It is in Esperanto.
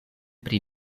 pri